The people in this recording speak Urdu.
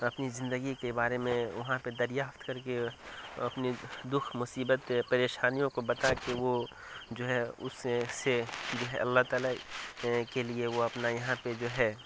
اپنی زندگی کے بارے میں وہاں پہ دریافت کر کے اپنی دکھ مصیبت پریشانیوں کو بتا کے وہ جو ہے اس سے جو ہے اللہ تعالیٰ کے لیے وہ اپنا یہاں پہ جو ہے